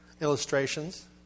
illustrations